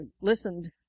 listened